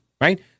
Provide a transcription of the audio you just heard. right